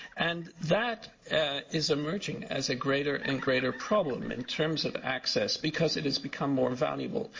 and that is emerging as a greater and greater problem in terms of access because it has become more valuable.